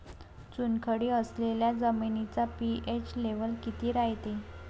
चुनखडी असलेल्या जमिनीचा पी.एच लेव्हल किती रायते?